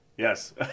Yes